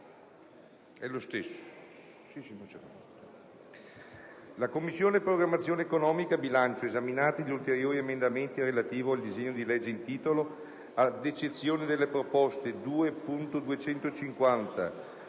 "La Commissione programmazione economica, bilancio, esaminati gli ulteriori emendamenti relativi al disegno di legge in titolo, ad eccezione delle proposte 2.250,